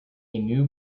new